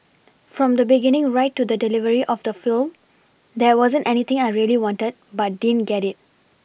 from the beginning right to the delivery of the film there wasn't anything I really wanted but didn't get it